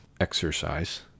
exercise